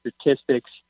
statistics